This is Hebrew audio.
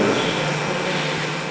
דקה.